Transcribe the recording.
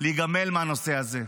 להיגמל מהנושא הזה.